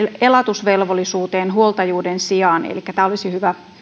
elatusvelvollisuuteen huoltajuuden sijaan elikkä tämä olisi